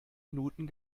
minuten